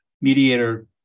mediator